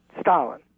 Stalin